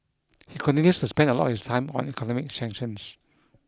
he continues to spend a lot of his time on economic sanctions